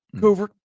covert